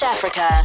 Africa